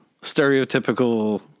stereotypical